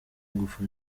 ingufu